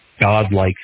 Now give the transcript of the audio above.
godlike